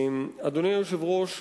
אדוני היושב-ראש,